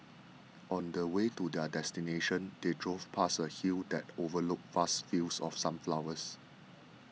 on the way to their destination they drove past a hill that overlooked vast fields of sunflowers